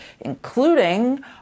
including